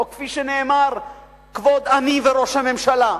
או, כפי שנאמר: כבוד אני וראש הממשלה,